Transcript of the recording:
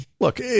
Look